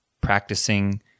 practicing